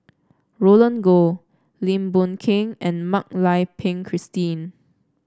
Roland Goh Lim Boon Heng and Mak Lai Peng Christine